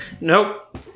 Nope